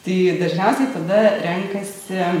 tai dažniausiai tada renkasi